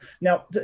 Now